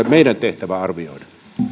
meidän tehtävä arvioida